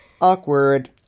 Awkward